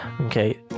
okay